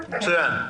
ההזדמנות.